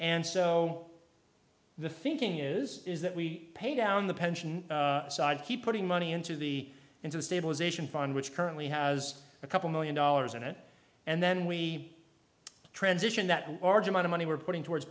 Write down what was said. and so the thinking is is that we pay down the pension side keep putting money into the into the stabilization fund which currently has a couple million dollars in it and then we transition that argument money we're putting towards